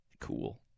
cool